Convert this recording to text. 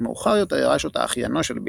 מאוחר יותר ירש אותה אחיינו של בילבו,